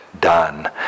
done